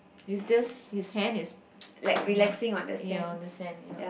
is just his hand is ya on the sand ya